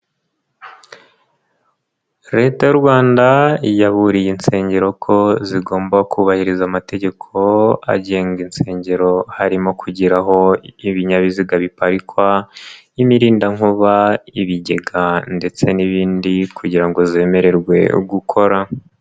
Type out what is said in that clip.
Leta y'u Rwanda yaburiye insengero ko zigomba kubahiriza amategeko agenga insengero harimo kugira aho ibinyabiziga biparikwa, imirindankuba, ibigega ndetse n'ibindi kugira ngo zemererwe gukora.